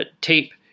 tape